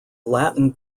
latin